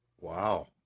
Wow